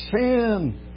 sin